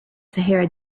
sahara